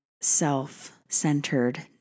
self-centered